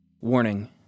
warning